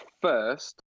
first